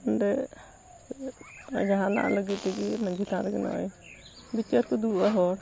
ᱚᱸᱰᱮ ᱡᱟᱦᱟᱱᱟᱜ ᱞᱟᱹᱜᱤᱫ ᱛᱮᱜᱮ ᱢᱟᱹᱡᱷᱤ ᱛᱷᱟᱱ ᱨᱮᱜᱮ ᱱᱚᱜᱼᱚᱭ ᱵᱤᱪᱟᱹᱨ ᱠᱚ ᱫᱩᱲᱩᱵᱚᱜᱼᱟ ᱦᱚᱲ